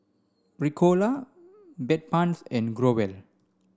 ricola Bedpans and Growell